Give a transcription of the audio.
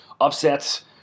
upsets